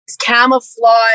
camouflage